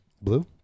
Blue